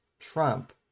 Trump